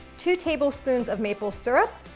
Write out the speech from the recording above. two tablespoons of maple syrup,